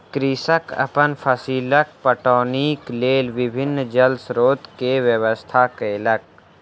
कृषक अपन फसीलक पटौनीक लेल विभिन्न जल स्रोत के व्यवस्था केलक